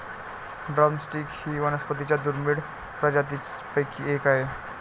drum stick ही वनस्पतीं च्या दुर्मिळ प्रजातींपैकी एक आहे